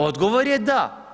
Odgovor je da.